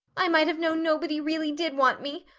i might have known nobody really did want me.